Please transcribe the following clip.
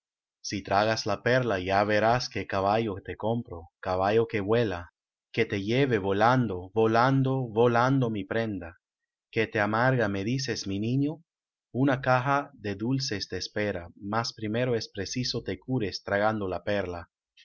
si tragas la perla ya verás qué caballo te compro caballo que vuela que te lleve volando volando volando mi prenda que te amarga me dices mi niño una caja de dulces te espera mas primero es preciso te cures tragando la perla